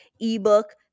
ebook